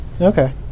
Okay